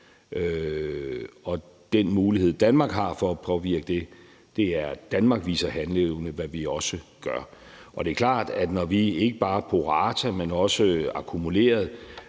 Den mulighed, Danmark har for at påvirke det, er, at Danmark viser handleevne, hvad vi også gør. Det er klart, at når vi ikke bare pro rata, men også akkumuleret